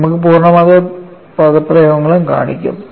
നമുക്ക് പൂർണ്ണമായ പദപ്രയോഗങ്ങളും കാണിക്കും